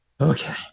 Okay